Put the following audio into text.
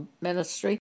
ministry